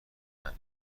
منه